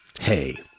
Hey